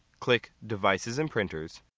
click devices and printers.